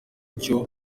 cyo